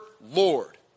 Lord